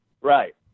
right